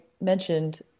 mentioned